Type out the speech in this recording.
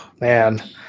man